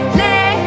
let